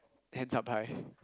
hands up high